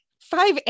five